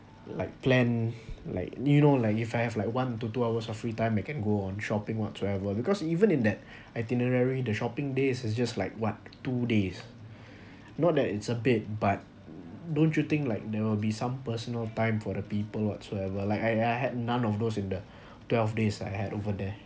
like plan like you know like if I have like one to two hours of free time I can go on shopping whatsoever because even in that itinerary the shopping days is just like what two days not that it's a bit but don't you think like there will be some personal time for the people whatsoever like I I had none of those in the twelve days I had over there